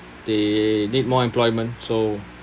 they need more employment so